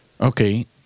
Okay